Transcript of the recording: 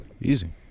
easy